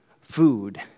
food